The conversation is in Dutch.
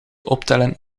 optellen